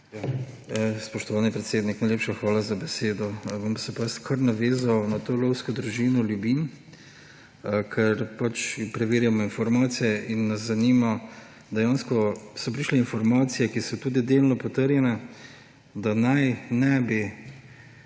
Spoštovani predsednik, najlepša hvala za besedo. Se bom kar navezal na to lovsko družino Ljubinj, ker preverjamo informacije. Dejansko so prišle informacije, ki so delno potrjene, da naj ne bi